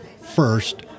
First